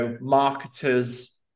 marketers